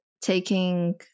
taking